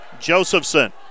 Josephson